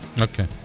Okay